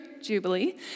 Jubilee